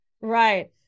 Right